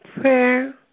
prayer